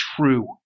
true